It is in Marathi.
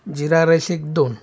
जिरा राईस एक दोन